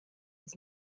his